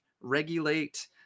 regulate